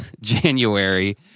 January